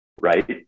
right